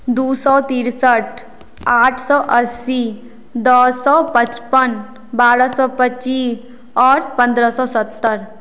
दू सए तिरसठ आठ सए अस्सी दस सए पचपन बारह सए पच्चीस आओर पन्द्रह सए सत्तरि